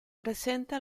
presenta